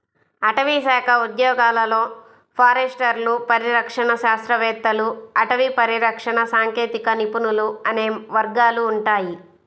అటవీశాఖ ఉద్యోగాలలో ఫారెస్టర్లు, పరిరక్షణ శాస్త్రవేత్తలు, అటవీ పరిరక్షణ సాంకేతిక నిపుణులు అనే వర్గాలు ఉంటాయి